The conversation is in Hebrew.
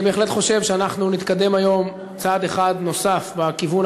אני בהחלט חושב שאנחנו נתקדם היום צעד אחד נוסף בכיוון